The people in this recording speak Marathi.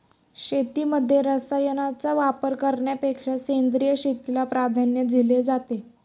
शेतीमध्ये रसायनांचा वापर करण्यापेक्षा सेंद्रिय शेतीला प्राधान्य दिले जाते